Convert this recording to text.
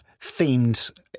themed